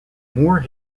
moor